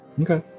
Okay